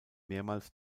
mehrmals